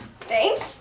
Thanks